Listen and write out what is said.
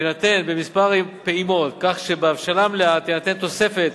תינתן במספר פעימות, כך שבהבשלה מלאה תינתן תוספת